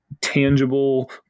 tangible